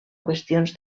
qüestions